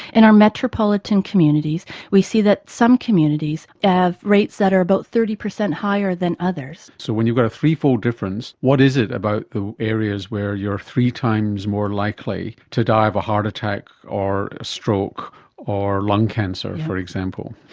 in our metropolitan communities we see that some communities have rates that are about thirty percent higher than others. so when you've got a three-fold difference, what is it about the areas where you are three times more likely to die of a heart attack or a stroke or lung cancer, for example?